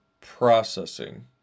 processing